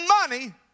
money